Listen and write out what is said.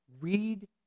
Read